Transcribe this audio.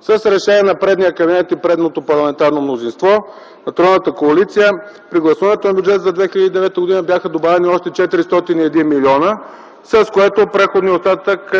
С решение на предния кабинет и предното парламентарно мнозинство на тройната коалиция при гласуването на Бюджета за 2009 г. бяха добавени още 401 милиона, с което преходният остатък,